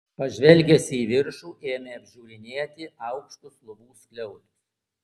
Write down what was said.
pažvelgęs į viršų ėmė apžiūrinėti aukštus lubų skliautus